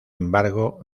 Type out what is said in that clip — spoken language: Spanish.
embargo